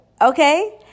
Okay